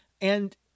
and-